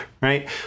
right